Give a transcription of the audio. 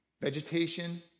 Vegetation